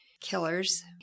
killers